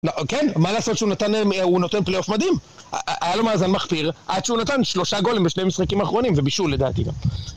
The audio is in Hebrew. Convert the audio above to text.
כן? מה לעשות שהוא נותן פלאייף מדהים? היה לו מאזן מכפיר עד שהוא נתן שלושה גולם בשני משחקים האחרונים ובישול לדעתי גם